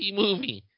movie